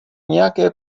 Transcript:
nějaké